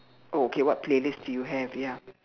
oh okay what playlist do you have ya